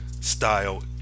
...style